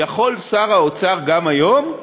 יכול שר האוצר, גם היום,